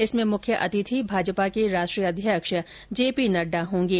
इसमें मुख्य अतिथि भाजपा के राष्ट्रीय अध्यक्ष जेपी नड्डा होंगे